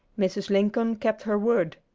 mrs. lincoln kept her word.